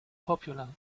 popular